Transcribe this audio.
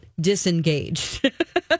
disengaged